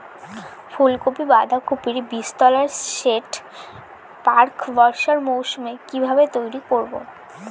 ফুলকপি বাধাকপির বীজতলার সেট প্রাক বর্ষার মৌসুমে কিভাবে তৈরি করব?